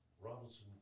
Robinson